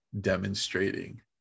demonstrating